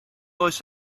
oes